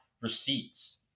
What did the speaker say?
receipts